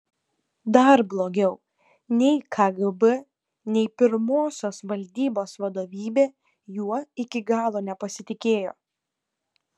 dar blogiau nei kgb nei pirmosios valdybos vadovybė juo iki galo nepasitikėjo